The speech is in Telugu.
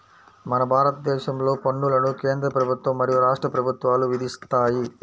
మన భారతదేశంలో పన్నులను కేంద్ర ప్రభుత్వం మరియు రాష్ట్ర ప్రభుత్వాలు విధిస్తాయి